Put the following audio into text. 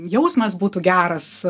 jausmas būtų geras